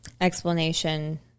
explanation